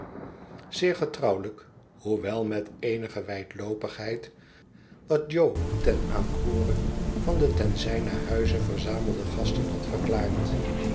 zeer getrouwelijk hoewel met eenige wijdloopigheid wat jo ten aanhoore van de ten zijnen huize verzamelde gasten had verklaard